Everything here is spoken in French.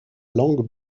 langue